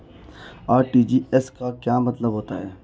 RTGS का क्या मतलब होता है?